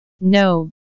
no